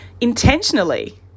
intentionally